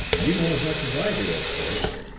you know as much as i do, of course,